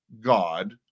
God